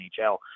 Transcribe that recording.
NHL